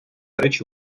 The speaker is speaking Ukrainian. речі